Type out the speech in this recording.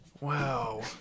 wow